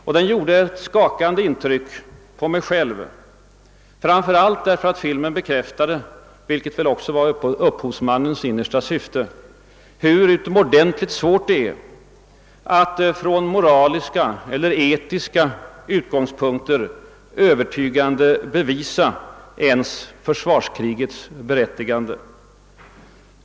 Den gjorde ett skakande intryck på mig själv, framför allt därför att den bekräftade — vilket väl också var upphovsmannens innersta syfte — hur utomordentligt svårt det är att från moraliska eller etiska utgångspunkter övertygande bevisa ens försvarskrigets berättigande.